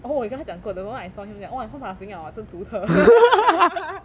oh 我有跟他讲过 the moment I saw him 我就讲 !wah! 你换发型 liao ah 真独特